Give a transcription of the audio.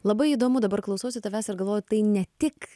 labai įdomu dabar klausausi tavęs ir galvoju tai ne tik